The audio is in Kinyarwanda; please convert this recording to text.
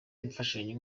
imfashanyo